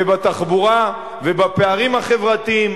בתחבורה ובפערים החברתיים.